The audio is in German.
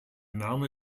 name